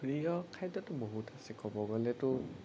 প্ৰিয় খাদ্যতো বহুত আছে ক'বলৈ গ'লেতো